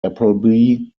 appleby